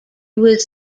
was